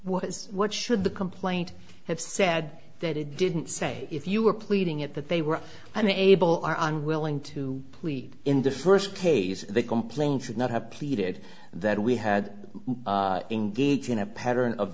is what should the complaint have said that it didn't say if you were pleading it that they were unable or unwilling to plead in the first case the complaint would not have pleaded that we had engaged in a pattern of